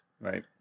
Right